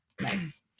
Nice